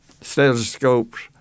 stethoscopes